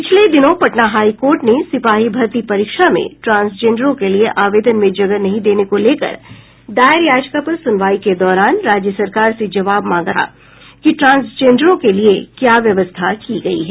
पिछले दिनों Patna high court ने सिपाही भर्ती परीक्षा में ट्रांसजेंडरों के लिए आवेदन में जगह नहीं देने को लेकर दायर याचिका पर सुनवाई के दौरान राज्य सरकार से जवाब मांगा था कि ट्रांसजेंडरों के लिए क्या व्यवस्था की गयी है